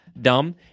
dumb